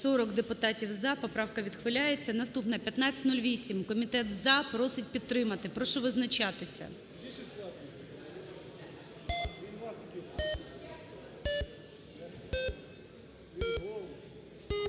40 депутатів "за", поправка відхиляється. Наступна 1508. Комітет – за, просить підтримати. Прошу визначатися.